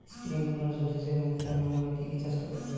Sprinkler জলসেচের মাধ্যমে আমরা কি কি চাষ করতে পারি?